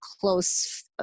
close